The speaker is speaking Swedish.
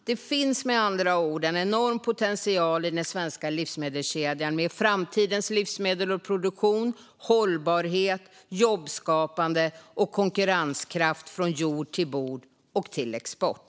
Det finns med andra ord en enorm potential i den svenska livsmedelskedjan med framtidens livsmedel och produktion, hållbarhet, jobbskapande och konkurrenskraft från jord till bord och till export.